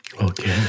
Okay